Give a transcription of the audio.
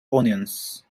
onions